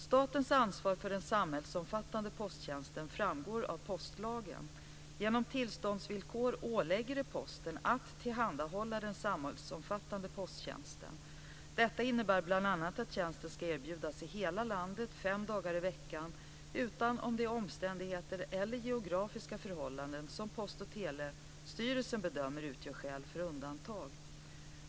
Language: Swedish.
Statens ansvar för den samhällsomfattande posttjänsten framgår av postlagen. Genom tillståndsvillkor åligger det Posten att tillhandahålla den samhällsomfattande posttjänsten. Detta innebär bl.a. att tjänsten ska erbjudas i hela landet fem dagar i veckan utom under omständigheter eller geografiska förhållanden som Post och telestyrelsen bedömer utgör skäl för undantag.